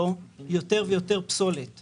אל תוותר על הקפה,